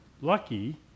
lucky